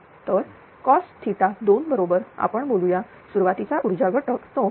तर cos2 बरोबर आपण बोलूया सुरुवातीचा ऊर्जा घटक तो 0